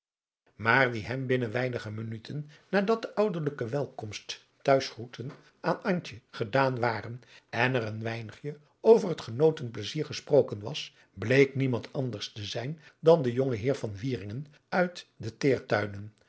maar die hem binnen weinige minuten nadat de ouderlijke welkomthuisgroeten aan antje gedaan waren en er een weinigje over het genoten plaisier gesproken was bleek niemand anders te zijn dan de jonge heer van wieringen uit de teertuinen